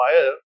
fire